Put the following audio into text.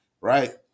right